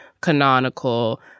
canonical